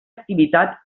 activitat